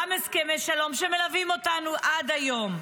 גם הסכמי שלום שמלווים אותנו עד היום,